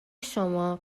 شما